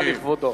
אדוני,